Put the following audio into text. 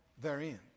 therein